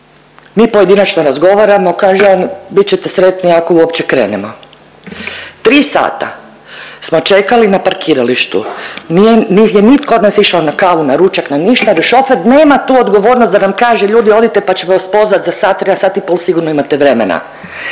mi pojedinačno razgovaramo, kaže on bit ćete sretni ako uopće krenemo. Tri sata smo čekali na parkiralištu, nije nigdje nitko od nas išao na kavu, na ručak, na ništa jer šofer nema tu odgovornost da nam kaže ljudi odite, pa ćemo vas pozvat za sat, sat i pol sigurno imate vremena,